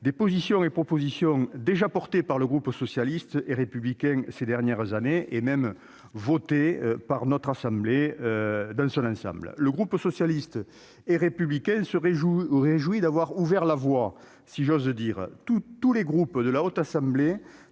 des positions et propositions déjà défendues par le groupe socialiste et républicain ces dernières années, et votées par notre assemblée dans son ensemble. Le groupe socialiste et républicain se réjouit d'avoir ouvert la voie, si j'ose dire. Tous les groupes de la Haute Assemblée